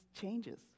changes